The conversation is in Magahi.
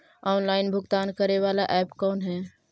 ऑनलाइन भुगतान करे बाला ऐप कौन है?